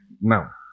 now